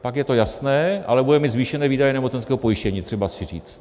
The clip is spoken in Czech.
Pak je to jasné, ale budeme mít zvýšené výdaje nemocenského pojištění, třeba si říct.